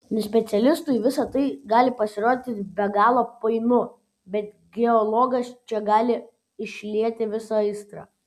nespecialistui visa tai gali pasirodyti be galo painu bet geologas čia gali išlieti visą aistrą